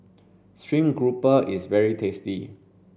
Stream Grouper is very tasty